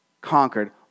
conquered